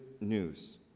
news